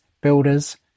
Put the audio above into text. builders